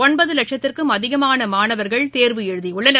ஒன்பது லட்சத்திற்கும் அதிகமான மாணவர்கள் தேர்வு எழுதியுள்ளனர்